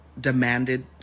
demanded